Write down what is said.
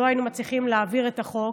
לא היינו מצליחים להעביר את החוק.